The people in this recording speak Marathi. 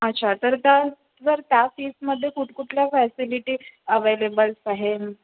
अच्छा तर त्या सर त्या फीसमध्ये कुठकुठल्या फॅसिलिटी अवेलेबल्स आहे